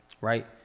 right